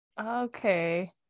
Okay